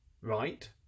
Right